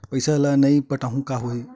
पईसा ल नई पटाहूँ का होही?